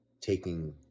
taking